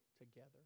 together